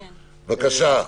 בבקשה,